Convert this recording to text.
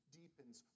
deepens